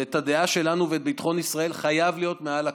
הדעה שלנו וביטחון ישראל חייבים להיות מעל הכול.